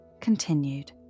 continued